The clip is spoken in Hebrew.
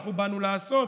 אנחנו באנו לעשות,